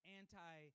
anti